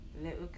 Little